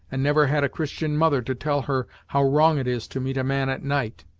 and never had a christian mother to tell her how wrong it is to meet a man at night.